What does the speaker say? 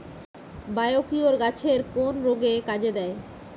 Biocure গাছের কোন রোগে কাজেদেয়?